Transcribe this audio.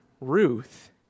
Ruth